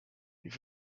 die